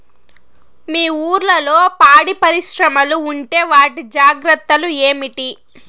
మీ ఊర్లలో పాడి పరిశ్రమలు ఉంటే వాటి జాగ్రత్తలు ఏమిటి